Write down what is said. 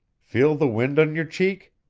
feel the wind on your cheek?